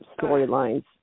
storylines